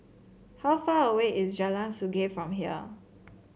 how far away is Jalan Sungei from here